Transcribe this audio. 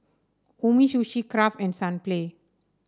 Umisushi Kraft and Sunplay